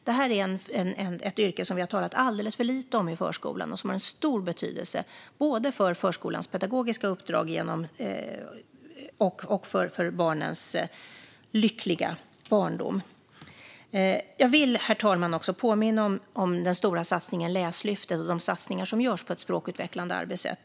Det är ett yrke i förskolan som vi har talat alldeles för lite om och som har stor betydelse både för förskolans pedagogiska uppdrag och för barnens lyckliga barndom. Jag vill, herr talman, också påminna om den stora satsningen Läslyftet och de satsningar som görs på ett språkutvecklande arbetssätt.